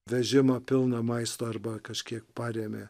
vežimą pilną maisto arba kažkiek parėmė